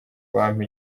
bampa